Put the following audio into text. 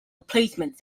replacement